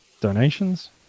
donations